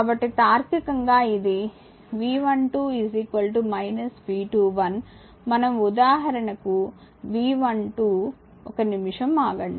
కాబట్టి తార్కికంగా ఇది V12 V21 మనం ఉదాహరణ కు V12 ఒక నిమిషం ఆగండి